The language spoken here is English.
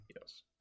Yes